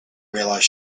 realized